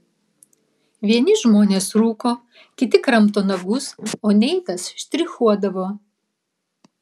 vieni žmonės rūko kiti kramto nagus o neitas štrichuodavo